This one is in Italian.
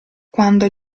quando